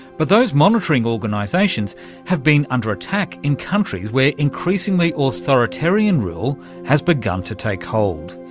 but those monitoring organisations have been under attack in countries where increasingly authoritarian rule has begun to take hold,